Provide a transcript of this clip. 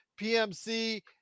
PMC